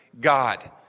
God